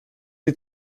die